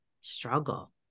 struggle